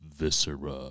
viscera